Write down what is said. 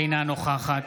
אינה נוכחת